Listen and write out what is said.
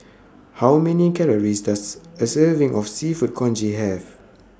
How Many Calories Does A Serving of Seafood Congee Have